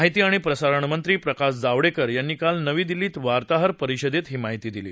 माहिती आणि प्रसारणमंत्री प्रकाश जावडेकर यांनी काल नवी दिल्लीत वार्ताहर परिषदेत ही माहिती दिली